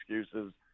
excuses